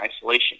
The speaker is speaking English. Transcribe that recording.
isolation